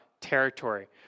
territory